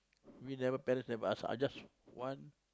we never parents have asked I just want